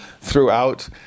throughout